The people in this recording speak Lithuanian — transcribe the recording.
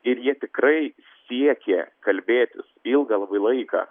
ir jie tikrai siekė kalbėtis ilgą labai laiką